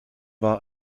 war